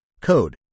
code